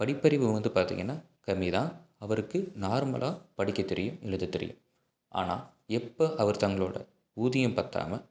படிப்பறிவு வந்து பார்த்திங்கன்னா கம்மிதான் அவருக்கு நார்மலாக படிக்க தெரியும் எழுத தெரியும் ஆனால் எப்போ அவர் தங்களோட ஊதியம் பத்தாமல்